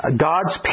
God's